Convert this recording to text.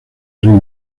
reino